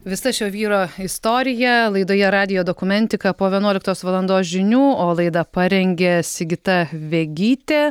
visa šio vyro istorija laidoje radijo dokumentika po vienuoliktos valandos žinių o laidą parengė sigita vegytė